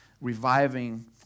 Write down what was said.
reviving